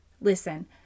listen